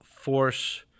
force